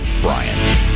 Brian